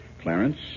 Clarence